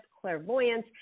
clairvoyance